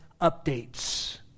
updates